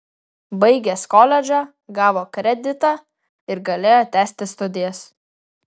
baigęs koledžą gavo kreditą ir galėjo tęsti studijas